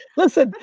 listen.